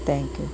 thank you